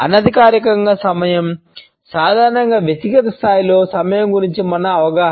అనధికారిక సమయం సాధారణంగా వ్యక్తిగత స్థాయిలో సమయం గురించి మన అవగాహన